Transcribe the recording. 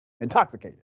intoxicated